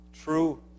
true